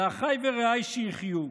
"לאחיי ורעיי שיחיו,